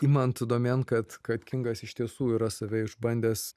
imant domėn kad kad kingas iš tiesų yra save išbandęs